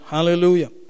Hallelujah